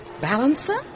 Balancer